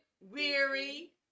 weary